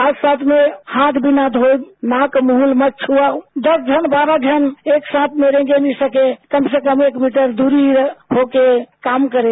साथ साथ में हाथ बिना धोए नाक मृंह न छओ दस जन बारह जन एक साथ में रह न सकें कम से कम एक मीटर दूरी होकर काम करें